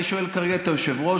אני שואל כרגע את היושב-ראש,